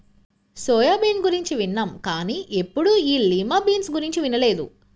soya bean గురించి విన్నాం కానీ ఎప్పుడూ ఈ లిమా బీన్స్ గురించి వినలేదు